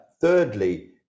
Thirdly